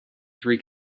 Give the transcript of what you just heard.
three